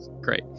Great